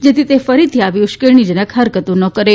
જેથી ફરીથી આવી ઉશ્કેરણીજનક ફરકતો ન કરે